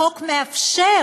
החוק מאפשר